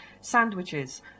sandwiches